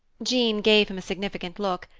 jean gave him a significant look,